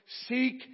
Seek